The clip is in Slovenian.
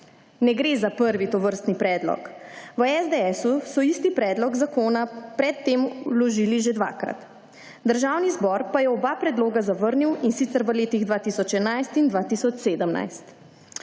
Ne gre za prvi tovrstni predlog. V SDS so isti predlog zakona pred tem vložili že dvakrat. Državni zbor pa je oba predloga zavrnil, in sicer v letih 2011 in 2017.